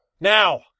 Now